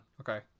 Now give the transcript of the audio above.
Okay